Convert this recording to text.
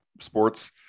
sports